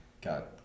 got